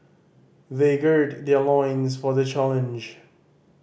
they gird their loins for the challenge